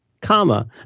Comma